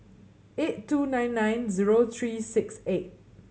eight two nine nine zero three six eight